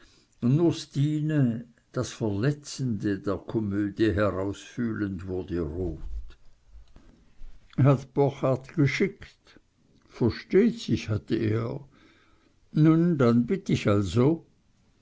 das verletzende der komödie herausfühlend wurde rot hat borchardt geschickt versteht sich hat er nun dann bitt ich also